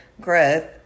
growth